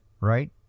right